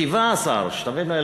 שתבינו,